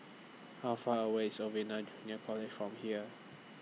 How Far away IS Junior College from here